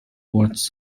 was